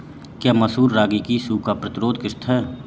क्या मसूर रागी की सूखा प्रतिरोध किश्त है?